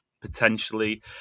potentially